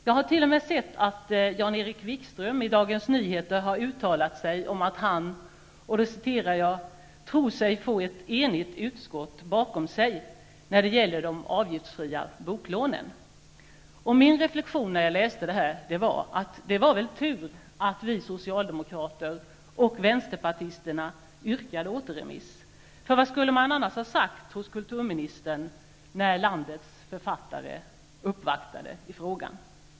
Jag har t.o.m. sett att Jan-Erik Wikström i Dagens Nyheter har uttalat sig om att han ''tror sig få ett enigt utskott bakom sig'' då det gäller de avgiftsfria boklånen. Min reflexion när jag läste detta var: Det var väl tur att vi socialdemokrater och vänsterpartisterna yrkade återremiss! Vad skulle annars kulturministern ha sagt när landets författare uppvaktade i frågan?